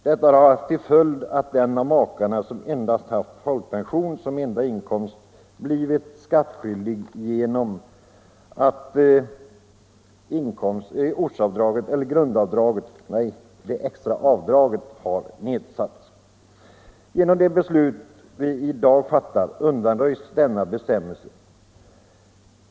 Detta har haft till följd att den av makarna som haft folkpension som enda inkomst blivit skattskyldig genom att det extra avdraget har nedsatts. Genom det beslut vi i dag kan fatta undanröjs denna bestämmelse.